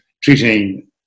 treating